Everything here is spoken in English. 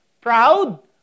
proud